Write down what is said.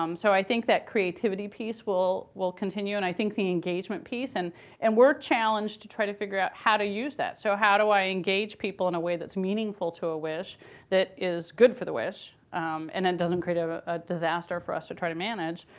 um so i think that creativity piece will will continue, and i think the engagement piece and and we're challenged to try to figure out how to use that. so how do i engage people in a way that's meaningful to a wish that is good for the wish and it and doesn't create a disaster for us to try to manage?